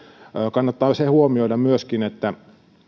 kannattaa huomioida myöskin se että